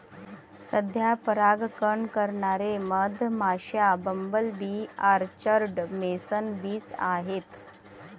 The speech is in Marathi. सध्या परागकण करणारे मधमाश्या, bumble bee, orchard mason bees आहेत